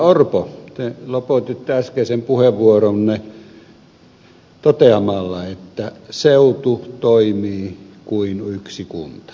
orpo te lopetitte äskeisen puheenvuoronne toteamalla että seutu toimii kuin yksi kunta